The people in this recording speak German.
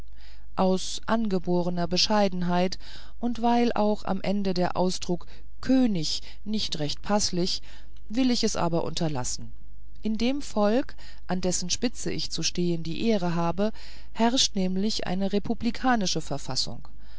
aus angeborner bescheidenheit und weil auch am ende der ausdruck könig nicht recht paßlich will ich es aber unterlassen in dem volk an dessen spitze zu stehen ich die ehre habe herrscht nämlich eine republikanische verfassung